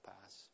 pass